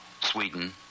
Sweden